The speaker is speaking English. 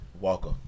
Walker